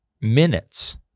minutes